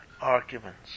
arguments